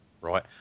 right